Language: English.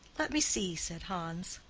let me see, said hans.